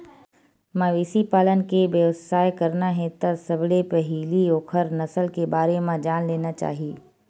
मवेशी पालन के बेवसाय करना हे त सबले पहिली ओखर नसल के बारे म जान लेना चाही